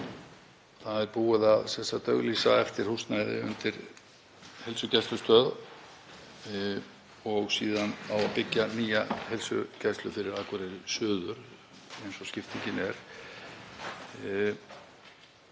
Það er búið að auglýsa eftir húsnæði undir heilsugæslustöð og síðan á að byggja nýja heilsugæslu fyrir Akureyri suður, eins og skiptingin er.